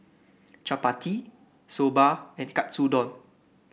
Chapati Soba and Katsudon